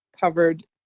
covered